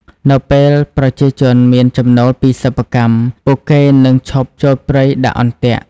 នៅពេលប្រជាជនមានចំណូលពីសិប្បកម្ម ពួកគេនឹងឈប់ចូលព្រៃដាក់អន្ទាក់។